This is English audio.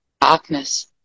darkness